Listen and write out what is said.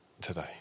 today